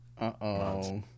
Uh-oh